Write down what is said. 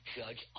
judge